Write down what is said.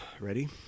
ready